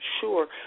sure